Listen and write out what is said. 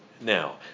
now